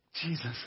Jesus